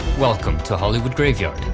welcome to hollywood graveyard,